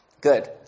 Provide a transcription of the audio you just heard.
good